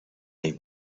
they